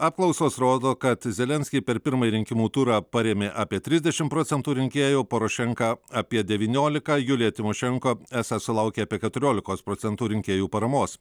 apklausos rodo kad zelenskį per pirmąjį rinkimų turą parėmė apie trisdešim procentų rinkėjų porošenką apie devyniolika julija tymošenko esą sulaukė apie keturiolikos procentų rinkėjų paramos